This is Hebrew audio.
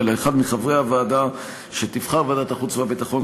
אלא אחד מחברי הוועדה שתבחר ועדת החוץ והביטחון,